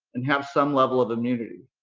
and have some level of immunity.